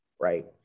right